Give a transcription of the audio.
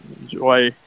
Enjoy